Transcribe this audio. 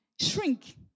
shrink